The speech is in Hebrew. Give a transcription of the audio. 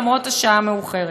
למרות השעה המאוחרת.